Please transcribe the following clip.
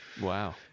Wow